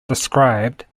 described